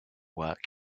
work